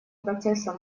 процесса